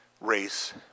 race